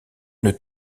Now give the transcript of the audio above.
une